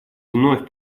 вновь